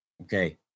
Okay